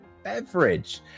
beverage